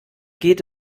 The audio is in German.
geht